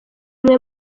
umwe